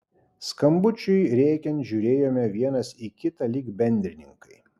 skambučiui rėkiant žiūrėjome vienas į kitą lyg bendrininkai